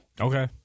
Okay